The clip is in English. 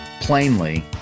plainly